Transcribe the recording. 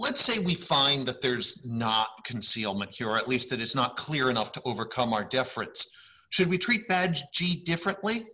let's say we find that there's not concealment here at least that it's not clear enough to overcome our deference should we treat badge g differently